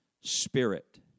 spirit